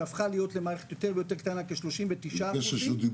שהפכה להיות למערכת יותר ויותר קטנה כ-39% -- אני מבקש רשות דיבור,